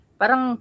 parang